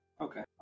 Okay